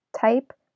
Type